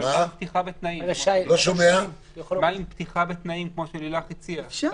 עם "פתיחה בתנאים", כמו שלילך הציעה?